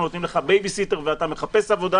נותנים לך בייביסיטר ואתה מחפש עבודה.